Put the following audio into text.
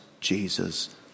Jesus